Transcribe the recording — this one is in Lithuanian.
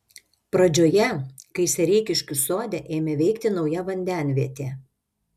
pradžioje kai sereikiškių sode ėmė veikti nauja vandenvietė